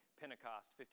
Pentecost